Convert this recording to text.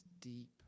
deep